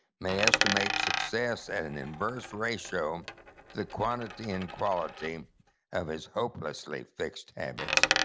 may estimate success at an inverse ratio to the quantity and quality of his hopelessly fixed habits.